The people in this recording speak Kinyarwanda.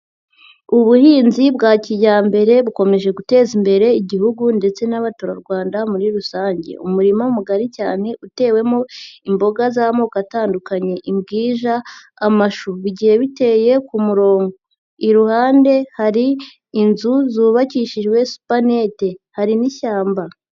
Ubuhinzi bwa kijyambere bukomeje guteza imbere Igihugu ndetse n'abaturarwanda muri rusange, umurima mugari cyane utewemo imboga z'amoko atandukanye imbwija, amashu, bigiye biteye ku murongo, iruhande hari inzu zubakishijwe supanete, hari n'ishyamba.